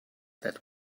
that